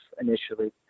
initially